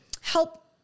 help